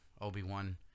Obi-Wan